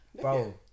bro